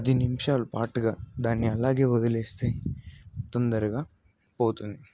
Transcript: పది నిమిషాల పాటుగా దాన్ని అలాగే వదిలేస్తే తొందరగా పోతుంది